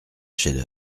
chefs